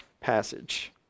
passage